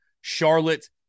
Charlotte